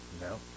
No